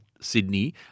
Sydney